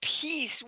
peace